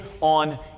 on